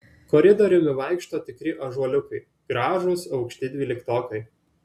koridoriumi vaikšto tikri ąžuoliukai gražūs aukšti dvyliktokai